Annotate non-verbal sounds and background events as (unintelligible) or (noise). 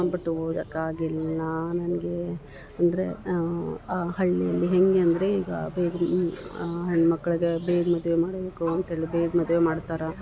but ಓದಕ್ಕಾಗಿಲ್ಲಾ ನನಗೆ ಅಂದರೆ ಆ ಹಳ್ಳೀಲಿ ಹೇಗೆ ಅಂದರೆ ಈಗ (unintelligible) ಹೆಣ್ಮಕ್ಕಳಿಗೆ ಬೇಗ ಮದುವೆ ಮಾಡಬೇಕು ಅಂತ ಹೇಳಿ ಬೇಗ ಮದುವೆ ಮಾಡ್ತರೆ